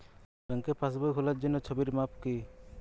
ব্যাঙ্কে পাসবই খোলার জন্য ছবির মাপ কী?